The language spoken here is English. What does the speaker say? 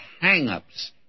hang-ups